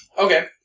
Okay